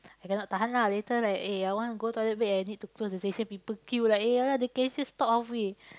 I cannot tahan lah later like eh I want to go toilet break I need to close the station people queue like eh !alah! the cashier stop halfway